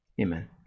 Amen